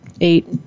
eight